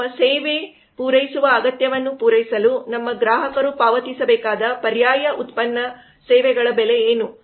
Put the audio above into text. ನಮ್ಮ ಸೇವೆ ಪೂರೈಸುವ ಅಗತ್ಯವನ್ನು ಪೂರೈಸಲು ನಮ್ಮ ಗ್ರಾಹಕರು ಪಾವತಿಸಬೇಕಾದ ಪರ್ಯಾಯ ಉತ್ಪನ್ನ ಸೇವೆಗಳ ಬೆಲೆ ಏನು